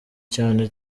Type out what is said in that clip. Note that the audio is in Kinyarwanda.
cyane